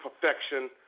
perfection